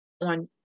on